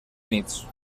units